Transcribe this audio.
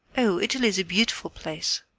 oh, italy is a beautiful place!